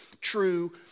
true